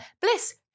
bliss